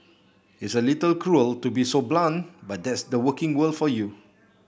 it's a little cruel to be so blunt but that's the working world for you